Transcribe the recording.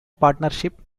partnership